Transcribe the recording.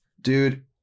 dude